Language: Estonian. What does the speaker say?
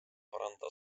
parandada